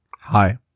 Hi